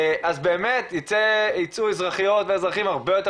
אז באמת ייצאו אזרחיות ואזרחים הרבה יותר